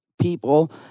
people